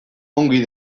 ongi